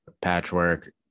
patchwork